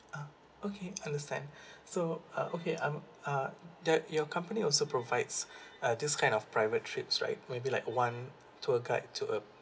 ah okay understand so uh okay I'm uh that your company also provides uh this kind of private trips right maybe like one tour guide to a